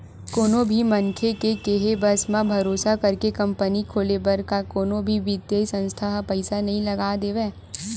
कोनो भी मनखे के केहे बस म, भरोसा करके कंपनी खोले बर का कोनो भी बित्तीय संस्था ह पइसा नइ लगा देवय